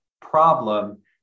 problem